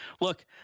Look